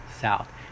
South